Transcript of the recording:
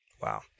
Wow